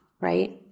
right